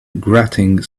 grating